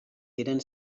diren